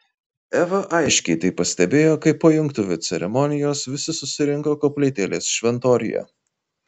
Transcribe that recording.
eva aiškiai tai pastebėjo kai po jungtuvių ceremonijos visi susirinko koplytėlės šventoriuje